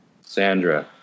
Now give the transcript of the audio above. Sandra